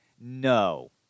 No